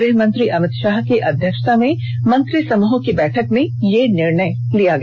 गृहमंत्री अमित शाह की अध्यक्षता में मंत्रिसमूह की बैठक में यह निर्णय लिया गया